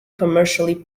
commercially